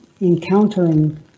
encountering